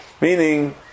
Meaning